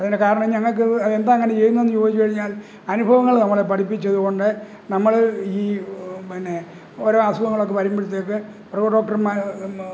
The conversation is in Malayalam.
അതിന് കാരണം ഞങ്ങള്ക്ക് എന്താ അങ്ങനെ ചെയ്യുന്നേന്ന് ചോദിച്ചുകഴിഞ്ഞാൽ അനുഭവങ്ങള് നമ്മളെ പഠിപ്പിച്ചതുകൊണ്ട് നമ്മള് ഈ പിന്നെ ഓരോ അസുഖങ്ങളൊക്കെ വരുമ്പഴ്ത്തേക്ക് മൃഗഡോക്ട്ടർമാര്